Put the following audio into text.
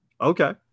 Okay